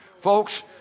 Folks